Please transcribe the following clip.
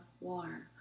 warm